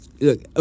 look